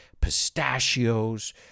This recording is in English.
pistachios